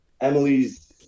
Emily's